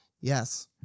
Yes